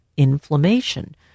inflammation